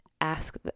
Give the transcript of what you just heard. Ask